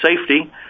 safety